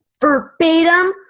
verbatim